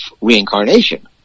reincarnation